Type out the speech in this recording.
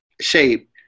shape